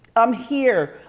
i'm here,